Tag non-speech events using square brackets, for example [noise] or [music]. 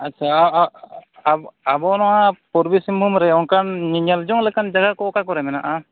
ᱟᱪᱪᱷᱟ [unintelligible] ᱟᱵᱚ ᱱᱚᱣᱟ ᱯᱩᱨᱵᱤ ᱥᱤᱝᱵᱷᱩᱢ ᱨᱮ ᱚᱱᱠᱟᱱ [unintelligible] ᱧᱮᱞᱡᱚᱝ ᱞᱮᱠᱟᱱ ᱡᱟᱭᱜᱟ ᱠᱚ ᱚᱠᱟᱠᱚ ᱨᱮ ᱢᱮᱱᱟᱜᱼᱟ